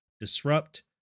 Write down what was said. disrupt